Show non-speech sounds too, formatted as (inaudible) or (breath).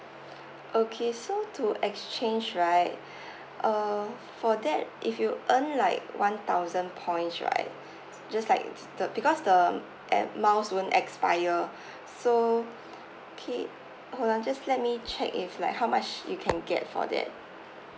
okay so to exchange right (breath) uh for that if you earn like one thousand points right just like the because the air miles won't expire so okay hold on just let me check if like how much you can get for that